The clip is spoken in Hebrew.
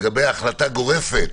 לגבי החלטה גורפת,